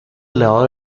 elevado